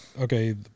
okay